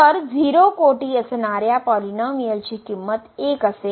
तर 0 कोटी असणाऱ्या पॉलिनोमिअलची किंमत 1 असेल